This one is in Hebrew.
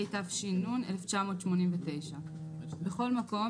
התש"ן 1989"; בכל מקום,